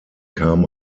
kam